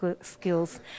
skills